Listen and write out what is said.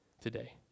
today